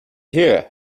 here